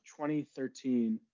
2013